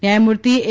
ન્યાયમૂર્તિ એ